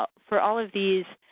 ah for all of these,